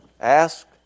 Ask